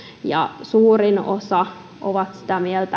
ja suurin osa on sitä mieltä